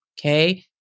Okay